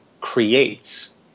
creates